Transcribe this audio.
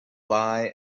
lie